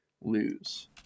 lose